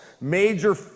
major